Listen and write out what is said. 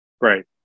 Right